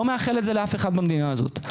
אני לא מאחל את זה לאף אחד במדינה הזאת,